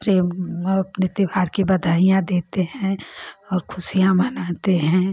प्रेम और अपने त्योहार की बधाइयाँ देते हैं और खुशियाँ मनाते हैं